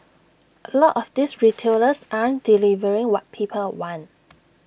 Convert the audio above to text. A lot of these retailers aren't delivering what people want